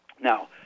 Now